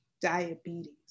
diabetes